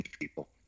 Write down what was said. People